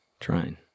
trying